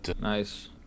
Nice